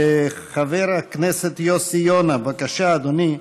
חבר הכנסת יוסי יונה, בבקשה, אדוני,